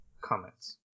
comments